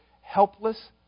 helpless